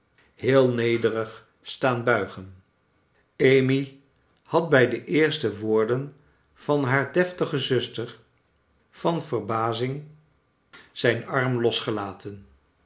heel nederig staan buigen amy had bij de eerste woorden van haar deftige zuster van verbazing zijn arm losgelaten